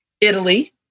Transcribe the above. Italy